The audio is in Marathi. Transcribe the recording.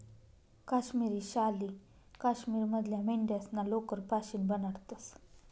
काश्मिरी शाली काश्मीर मधल्या मेंढ्यास्ना लोकर पाशीन बनाडतंस